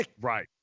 Right